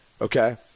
okay